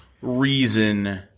reason